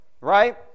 right